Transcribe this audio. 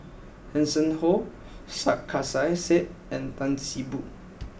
Hanson Ho Sarkasi Said and Tan See Boo